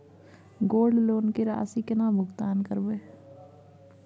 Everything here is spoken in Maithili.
गोल्ड लोन के राशि केना भुगतान करबै?